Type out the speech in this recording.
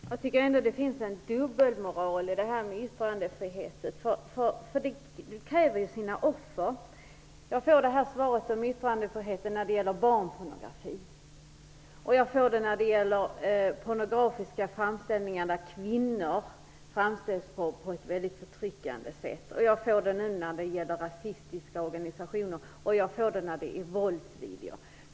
Fru talman! Jag tycker ändå att det finns en dubbelmoral i detta med yttrandefriheten. Det kräver ju sina offer. Jag får svaret att yttrandefriheten skall gälla när det gäller barnpornografi, jag får det när det gäller pornografiska framställningar där kvinnor framställs på ett mycket förtryckande sätt och jag får det nu när det gäller rasistiska organisationer. Jag får det även när det handlar om våldsvideo.